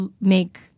make